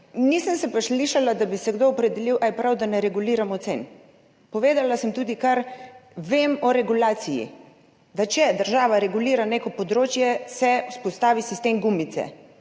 nisem pa še slišala, da bi se kdo opredelil, ali je prav, da ne reguliramo cen. Povedala sem tudi, kar vem o regulaciji, da če država regulira neko področje, se vzpostavi sistem gumice.